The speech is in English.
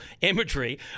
imagery